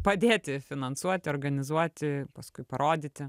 padėti finansuoti organizuoti paskui parodyti